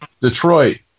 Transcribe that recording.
detroit